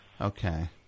Okay